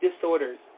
disorders